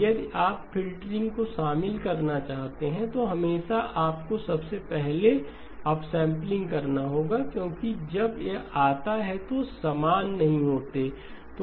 यदि आप फ़िल्टरिंग को शामिल करते हैं तो हमेशा आपको सबसे पहले अपसैंपलिंग करना होगा क्योंकि जब यह आता है तो वे समान नहीं होते हैं